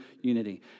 unity